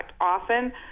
Often